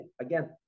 again